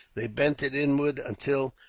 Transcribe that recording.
they bent it inwards until,